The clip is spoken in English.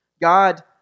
God